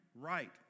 right